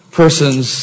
persons